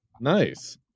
nice